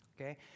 okay